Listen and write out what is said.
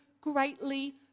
greatly